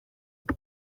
what